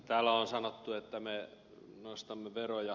täällä on sanottu että me nostamme veroja